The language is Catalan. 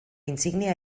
insígnia